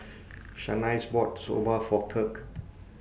Shanice bought Soba For Kirk